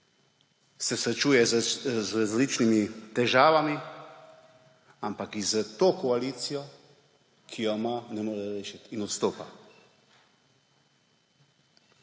se srečuje z različnimi težavami, ampak jih s to koalicijo, ki jo ima, ne more rešiti in odstopa.